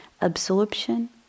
absorption